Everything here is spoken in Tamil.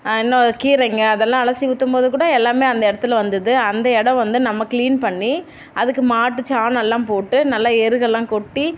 இன்னும் கீரைங்க அதெல்லாம் அலசி ஊற்றும்போது கூட எல்லாமே அந்த இடத்துல வந்துடுது அந்த இடம் வந்து நம்ம க்ளீன் பண்ணி அதுக்கு மாட்டுச் சாணலாம் போட்டு நல்லா எருவெல்லாம் கொட்டி